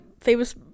famous